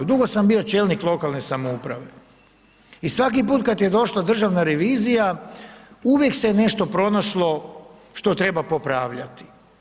I dugo sam bio čelnik lokalne samouprave i svaki put kad je došla državna revizija uvijek se je nešto pronašlo što treba popravljati.